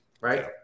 right